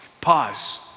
Pause